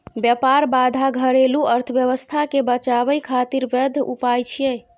व्यापार बाधा घरेलू अर्थव्यवस्था कें बचाबै खातिर वैध उपाय छियै